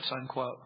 unquote